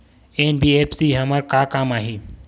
NBFC हमर का काम आही?